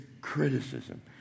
criticism